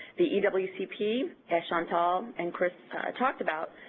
the the but ewcp, as chantal and chris talked about,